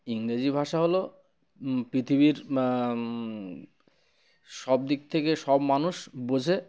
ইংরেজি ভাষা হল পৃথিবীর সব দিক থেকে সব মানুষ বোঝে